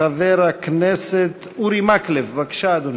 חבר הכנסת אורי מקלב, בבקשה, אדוני.